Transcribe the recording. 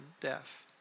death